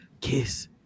Kiss